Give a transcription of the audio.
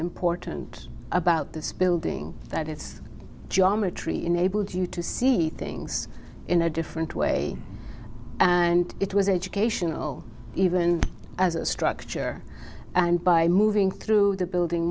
important about this building that it's johm a tree enabled you to see things in a different way and it was education oh even as a structure and by moving through the building